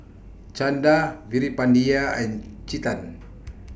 Chanda Veerapandiya and Chetan